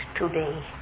today